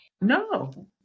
No